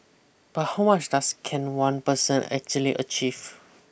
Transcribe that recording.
but how much does can one person actually achieve